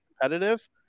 competitive